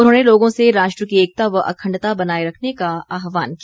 उन्होंने लोगों से राष्ट्र की एकता व अखण्डता बनाए रखने का आह्वान किया